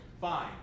fine